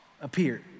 appeared